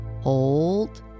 Hold